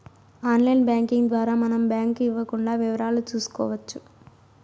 online banking ద్వారా మనం bank ఇవ్వకుండా వివరాలు చూసుకోవచ్చు